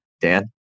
Dan